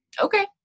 okay